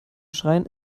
schreien